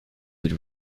with